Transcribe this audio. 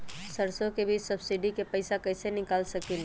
सरसों बीज के सब्सिडी के पैसा कईसे निकाल सकीले?